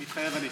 מתחייב אני